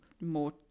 more